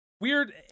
weird